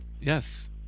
Yes